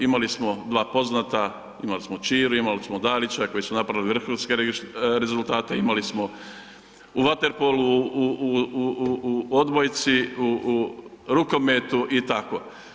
Imali smo dva poznata, imali smo Čiru, imali smo Dalića koji su napravili vrhunske rezultate, imali smo u vaterpolu, u odbojci, u rukometu i tako.